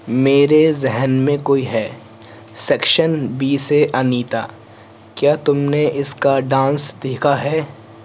میرے ذہن میں کوئی ہے سیکشن بی سے انیتا کیا تم نے اس کا ڈانس دیکھا ہے